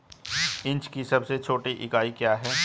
Inch की सबसे छोटी इकाई क्या है?